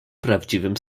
prawdziwym